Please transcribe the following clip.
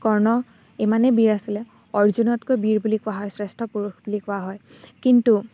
কৰ্ণ ইমানেই বীৰ আছিলে অৰ্জুনতকৈ বীৰ বুলি কোৱা হয় শ্ৰেষ্ঠ পুৰুষ বুলি কোৱা হয় কিন্তু